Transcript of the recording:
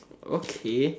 okay